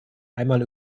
einmal